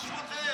זה משהו אחר.